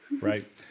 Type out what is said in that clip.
Right